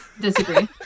disagree